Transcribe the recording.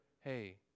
hey